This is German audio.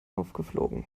aufgeflogen